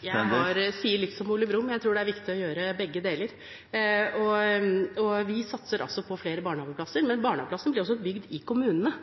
Jeg sier litt som Ole Brumm: Jeg tror det er viktig å gjøre begge deler. Vi satser på flere barnehageplasser, men barnehageplassene blir bygd i kommunene,